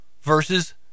versus